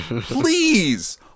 Please